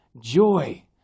joy